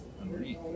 underneath